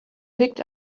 picked